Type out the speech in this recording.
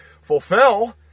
fulfill